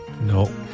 no